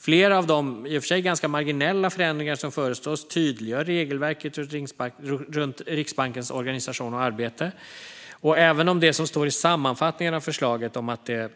Flera av de - i och för sig ganska marginella - förändringar som föreslås tydliggör regelverket runt Riksbankens organisation och arbete. Det står i sammanfattningen av förslaget att det